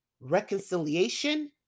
reconciliation